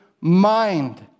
mind